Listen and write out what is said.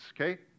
okay